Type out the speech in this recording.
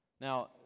Now